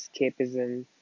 escapism